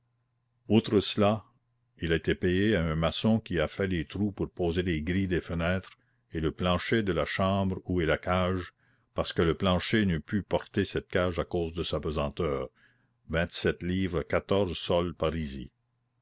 outre cela il a été payé à un maçon qui a fait les trous pour poser les grilles des fenêtres et le plancher de la chambre où est la cage parce que le plancher n'eût pu porter cette cage à cause de sa pesanteur vingt-sept livres quatorze sols parisis